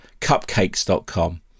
cupcakes.com